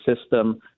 system